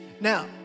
Now